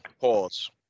pause